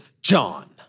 John